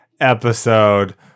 episode